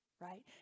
right